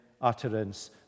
utterance